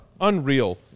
unreal